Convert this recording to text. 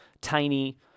tiny